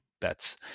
bets